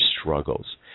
struggles